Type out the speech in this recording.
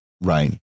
Right